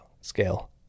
Scale